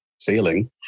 feeling